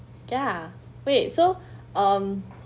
ya wait so um